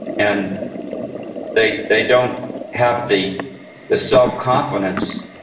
and they they don't have the the self-confidence